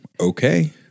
Okay